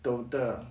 total ah